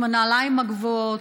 עם הנעליים הגבוהות,